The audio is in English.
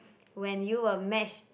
when you were match